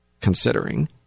considering